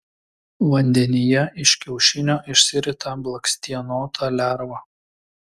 vandenyje iš kiaušinio išsirita blakstienota lerva